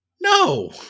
No